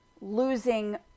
losing